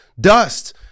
dust